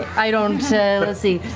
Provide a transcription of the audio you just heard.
i don't so let's see.